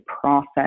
process